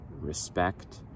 respect